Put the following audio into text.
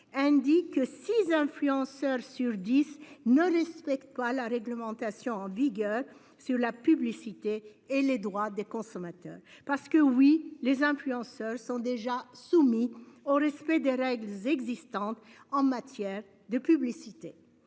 indique que six influenceurs sur 10 ne respectent pas la réglementation en vigueur sur la publicité et les droits des consommateurs parce que oui les influenceurs sont déjà soumis au respect des règles existantes en matière de publicité.